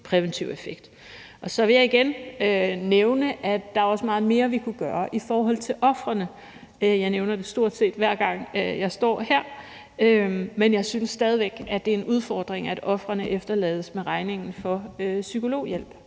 præventiv effekt. Så vil jeg igen nævne, at der også er meget mere, vi kunne gøre i forhold til ofrene. Jeg nævner det, stort set hver gang jeg står her, men jeg synes stadig væk, det er en udfordring, at ofrene efterlades med regningen for psykologhjælp.